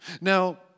Now